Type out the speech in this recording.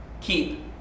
keep